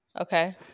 okay